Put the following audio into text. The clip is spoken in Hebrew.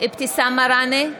אבתיסאם מראענה,